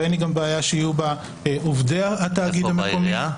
ואין לי גם בעיה שיהיו בה עובדי התאגיד המקומי.